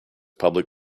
public